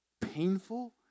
painful